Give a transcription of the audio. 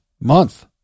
month